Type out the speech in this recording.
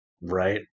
right